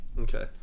Okay